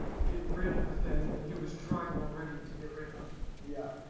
get rid of the thing that he was trying already to get rid of yeah,